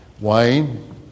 Wayne